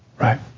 right